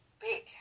big